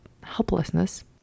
helplessness